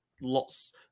lots